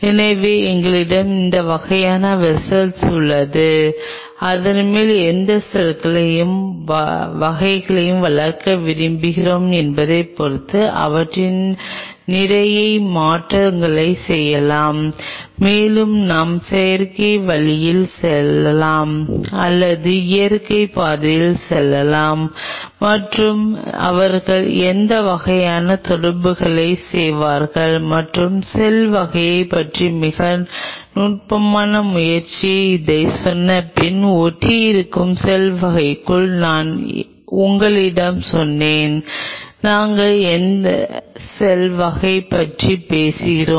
எனவே எங்களிடம் இந்த வகையான வெஸ்ஸல் உள்ளன அதன் மேல் நாம் எந்த செல் வகையை வளர்க்க விரும்புகிறோம் என்பதைப் பொறுத்து அவற்றில் நிறைய மாற்றங்களைச் செய்யலாம் மேலும் நாம் செயற்கை வழியில் செல்லலாம் அல்லது இயற்கை பாதையில் செல்லலாம் மற்றும் அவர்கள் எந்த வகையான தொடர்புகளைச் செய்வார்கள் மற்றும் செல் வகையைப் பற்றி மிக நுட்பமான முறையில் இதைச் சொன்னபின் ஒட்டியிருக்கும் செல் வகைக்குள் நான் உங்களிடம் சொன்னேன் நாங்கள் எந்த செல் வகையைப் பற்றி பேசுகிறோம்